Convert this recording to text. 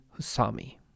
Husami